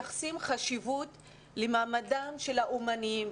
חשיבות הם מייחסים למעמדם של האומנים,